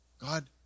God